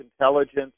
intelligence